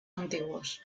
antiguos